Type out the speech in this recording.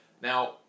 Now